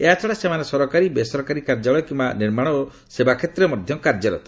ଏହାଛଡ଼ା ସେମାନେ ସରକାରୀ ବେସରକାରୀ କାର୍ଯ୍ୟାଳୟ କିମ୍ବା ନିର୍ମାଣ ଓ ସେବା କ୍ଷେତ୍ରରେ ମଧ୍ୟ କାର୍ଯ୍ୟରତ